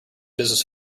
business